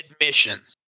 admissions